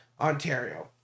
Ontario